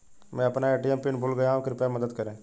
मैं अपना ATM pin भूल गया हूँ कृपया मदद करें